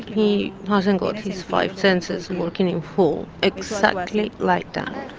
he hasn't got his five senses and working in full. exactly like that.